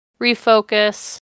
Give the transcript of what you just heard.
refocus